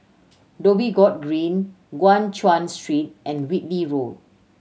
Dhoby Ghaut Green Guan Chuan Street and Whitley Road